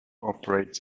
operates